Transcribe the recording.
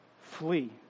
flee